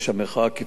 כפי שהיה,